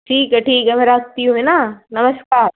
ठीक है ठीक है मैं रखती हूँ है ना नमस्कार